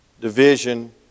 division